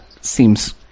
seems